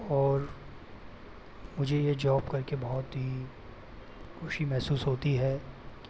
और मुझे ये जॉब करके बहुत ही खुशी महसूस होती है